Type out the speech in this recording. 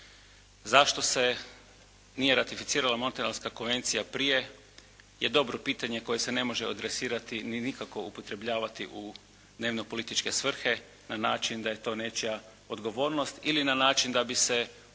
Zašto se nije ratificirala Montrealska konvencija prije je dobro pitanje koje se ne može adresirati ni nikako upotrebljavati u dnevnopolitičke svrhe na način da je to nečija odgovornost ili na način da bi se u